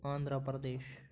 Andhra Pradesh